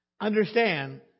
Understand